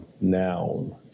noun